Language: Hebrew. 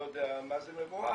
אני לא יודע מה זה מבוהל,